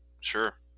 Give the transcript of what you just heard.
sure